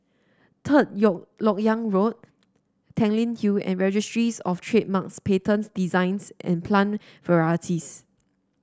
Third LoK Yang Road Tanglin Hill and Registries Of Trademarks Patents Designs and Plant Varieties